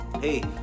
Hey